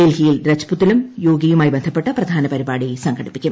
ഡൽഹിയിൽ രാജ്പുത്തിലും യോഗയുമായി ബന്ധപ്പെട്ട് പ്രധാനപരിപാടി സംഘടിപ്പിക്കും